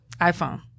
iPhone